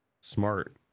smart